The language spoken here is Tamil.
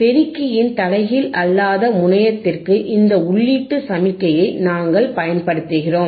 பெருக்கியின் தலைகீழ் அல்லாத முனையத்திற்கு இந்த உள்ளீட்டு சமிக்ஞையை நாங்கள் பயன்படுத்துகிறோம்